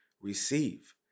receive